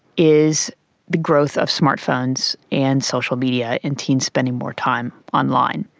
is the growth of smart phones and social media and teens spending more time online.